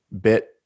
bit